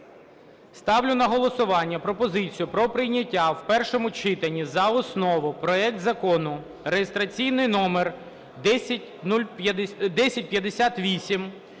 Ставлю на голосування пропозицію про прийняття в першому читанні за основу проект Закону (реєстраційний номер 1058)